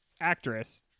actress